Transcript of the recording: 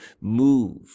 move